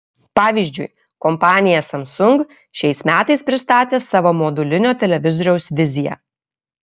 pavyzdžiui kompanija samsung šiais metais pristatė savo modulinio televizoriaus viziją